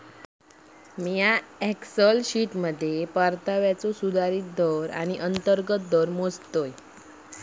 मिया एक्सेल शीटमध्ये परताव्याचो सुधारित अंतर्गत दर मोजतय